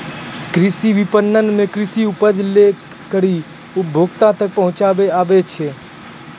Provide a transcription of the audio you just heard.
कृषि विपणन मे कृषि उपज से लै करी उपभोक्ता तक पहुचाबै आबै छै